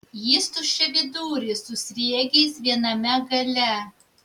jis tuščiaviduris su sriegiais viename gale